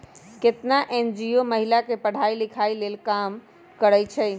केतना एन.जी.ओ महिला के पढ़ाई लिखाई के लेल काम करअई छई